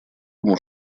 ему